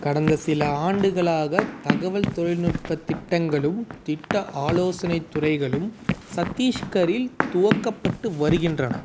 கடந்த சில ஆண்டுகளாக தகவல் தொழில்நுட்ப திட்டங்களும் திட்ட ஆலோசனைத் துறைகளும் சத்தீஸ்கரில் துவக்கப்பட்டு வருகின்றன